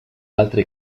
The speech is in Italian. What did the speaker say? altre